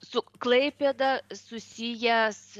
su klaipėda susijęs